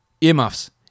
earmuffs